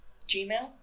Gmail